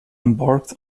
embarked